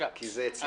כי זה אצלך.